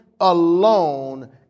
alone